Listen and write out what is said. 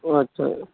अछा